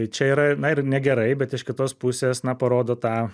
čia yra na ir negerai bet iš kitos pusės na parodo tą